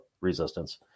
Resistance